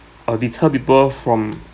uh deter people from